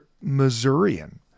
Missourian